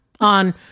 on